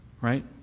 Right